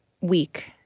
week